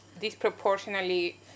disproportionately